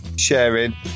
sharing